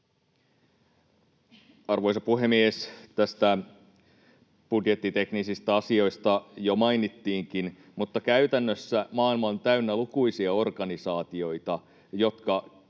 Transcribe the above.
Arvoisa puhemies! Näistä budjettiteknisistä asioista jo mainittiinkin, mutta käytännössä maailma on täynnä lukuisia organisaatioita, jotka